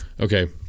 okay